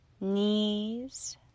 knees